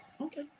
Okay